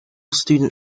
student